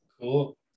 cool